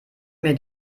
mir